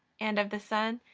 and of the son,